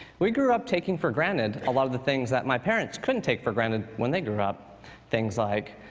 we grew up taking for granted a lot of the things that my parents couldn't take for granted when they grew up things like